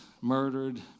murdered